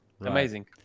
amazing